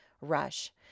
rush